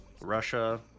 Russia